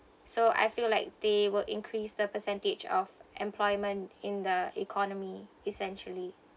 so I feel like they will increase the percentage of employment in the economy essentially